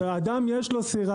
לאדם יש סירה